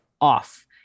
off